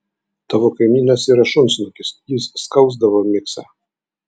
tavo kaimynas yra šunsnukis jis skausdavo miksą